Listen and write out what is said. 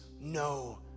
no